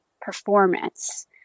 performance